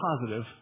positive